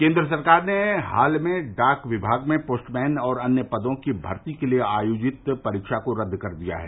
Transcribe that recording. केन्द्र सरकार ने हाल में डाक विभाग में पोस्टमैन और अन्य पदों की भर्ती के लिए आयोजित परीक्षा को रद्द कर दिया है